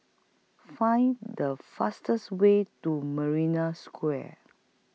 Find The fastest Way to Marina Square